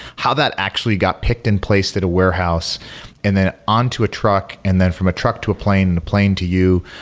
how that actually got picked and placed at a warehouse and then on to a truck and then from a truck to a plane, the plane to you,